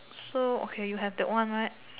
so okay you have that one right